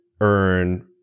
earn